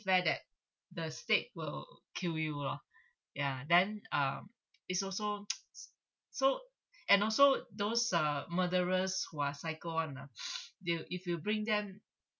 fair that the state will kill you loh ya then um is also so and also those uh murderers who are psycho one ah they'll if you bring them